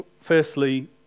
Firstly